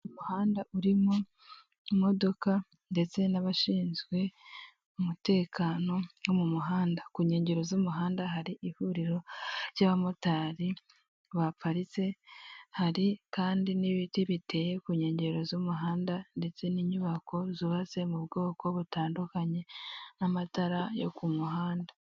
Umuhanda urimo imodoka ndetse n'abashinzwe umutekano wo mu muhanda. Ku nkengero z'umuhanda hari iguriro ry'abampotari baparitse. Hari kandi n'ibiti biteye ku nkengero z'umuhanda ndetse n'inyubako zubatse mu bwoko butandukanye, n'amatara yo ku muhanda.